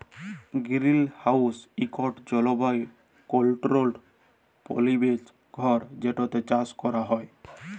greenhouse ইকট জলবায়ু controlled পরিবেশ ঘর যেটতে চাষ ক্যরা হ্যয়